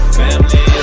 family